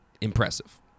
impressive